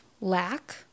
lack